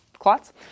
clots